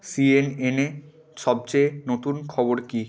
সিএনএনে সবচেয়ে নতুন খবর কী